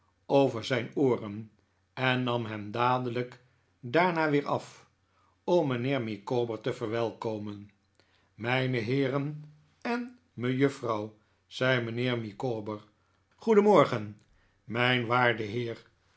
over zijn ooren en nam hem dadelijk daarna weer af om mijnheer micawber te verwelkomen mijne heeren en mejuffrouw zei mijnheer micawber goedenmorgen mijn david copperfield waarde heer